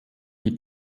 die